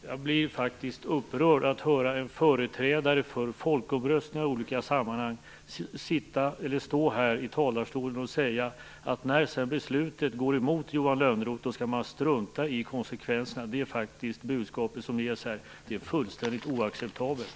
Herr talman! Jag blir upprörd av att höra en företrädare för folkomröstningar i olika sammanhang i talarstolen säga att när beslutet går emot Johan Lönnroth då skall man strunta i konsekvenserna. Det är faktiskt det budskap som ges här. Det är fullständigt oacceptabelt.